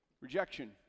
Rejection